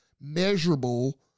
measurable